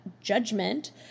judgment